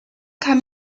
kann